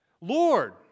Lord